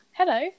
hello